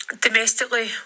Domestically